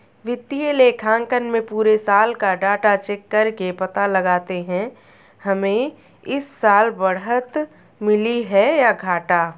वित्तीय लेखांकन में पुरे साल का डाटा चेक करके पता लगाते है हमे इस साल बढ़त मिली है या घाटा